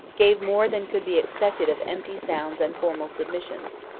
gave more than could be expected of empty sounds and formal submissions.